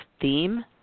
theme